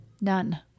None